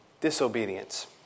disobedience